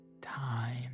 time